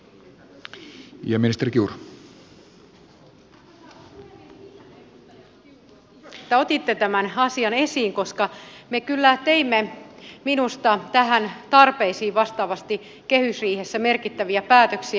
kiitän edustaja kiurua siitä että otitte tämän asian esiin koska me kyllä teimme minusta tähän tarpeisiin vastaavasti kehysriihessä merkittäviä päätöksiä